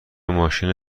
ماشین